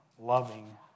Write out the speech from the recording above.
loving